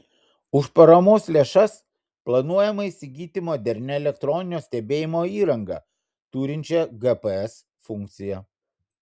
už paramos lėšas planuojama įsigyti modernią elektroninio stebėjimo įrangą turinčią gps funkciją